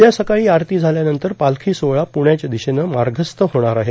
उद्या सकाळी आरती झाल्यानंतर पालखी सोहळा पुण्याच्या दिशेनं मार्गस्थ होणार आहे